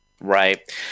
Right